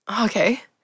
Okay